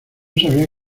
sabía